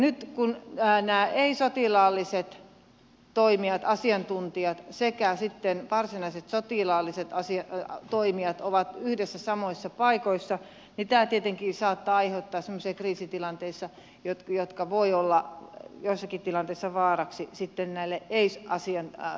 nyt kun nämä ei sotilaalliset toimijat asiantuntijat sekä sitten varsinaiset sotilaalliset toimijat ovat yhdessä samoissa paikoissa niin tämä tietenkin saattaa aiheuttaa semmoisia kriisitilanteita jotka voivat olla joissakin tilanteissa vaaraksi sitten näille ei sotilaallisille asiantuntijoille